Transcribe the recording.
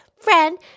friend